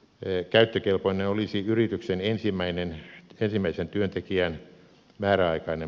käyttökelpoinen olisi yrityksen ensimmäisen työntekijän määräaikainen palkkatuki